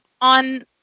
on